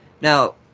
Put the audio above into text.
Now